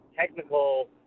technical